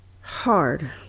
hard